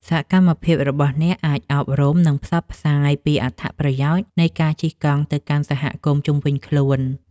សកម្មភាពរបស់អ្នកអាចអប់រំ និងការផ្សព្វផ្សាយពីអត្ថប្រយោជន៍នៃការជិះកង់ទៅកាន់សហគមន៍ជុំវិញខ្លួន។